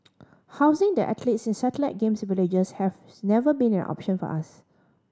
housing the athletes in satellite Games Villages have never been an option for us